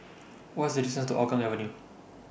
What IS The distance to Hougang Avenue